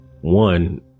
one